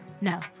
No